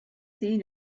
seen